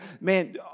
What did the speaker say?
Man